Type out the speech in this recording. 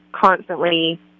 constantly